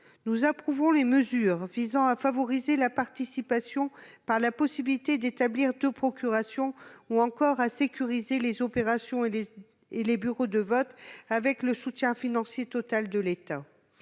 Nous approuvons les mesures visant à favoriser la participation par la possibilité d'établir deux procurations et celles destinées à sécuriser les opérations et les bureaux de vote avec le soutien financier total de l'État.